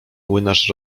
młynarz